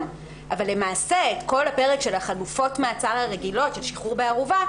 אבל למעשה כל הפרק של חלופות המעצר הרגילות של שחרור בערובה,